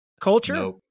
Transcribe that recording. culture